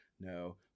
No